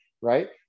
right